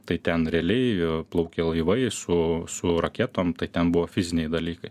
tai ten realiai plaukė laivai su su raketom tai ten buvo fiziniai dalykai